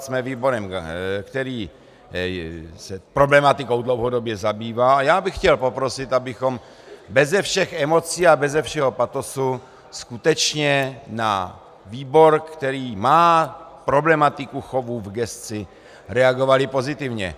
Jsme výborem, který se problematikou dlouhodobě zabývá, a já bych chtěl poprosit, abychom beze všech emocí a beze všeho patosu skutečně na výbor, který má problematiku chovu v gesci, reagovali pozitivně.